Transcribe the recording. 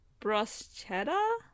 bruschetta